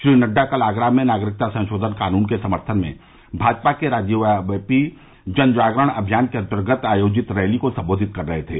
श्री नड्डा कल आगरा में नागरिकता संशोधन कानून के समर्थन में भाजपा के राज्यव्यापी जन जागरण अभियान के अन्तर्गत आयोजित रैली को सम्बोधित कर रहे थे